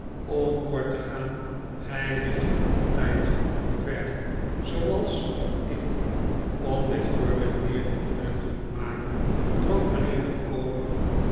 om kort te gaan gij ligt voor altijd omver zooals ik om dit voorbeeld meer indruk te doen maken dronk mijnheer micawber